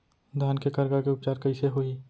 धान के करगा के उपचार कइसे होही?